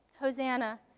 Hosanna